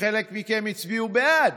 חלק מכם הצביעו בעד.